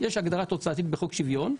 יש הגדרה תוצאתית בחוק שוויון,